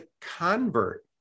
convert